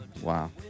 Wow